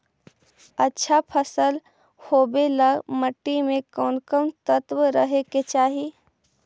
अच्छा फसल होबे ल मट्टी में कोन कोन तत्त्व रहे के चाही?